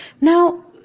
Now